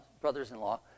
brothers-in-law